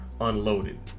unloaded